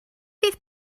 fydd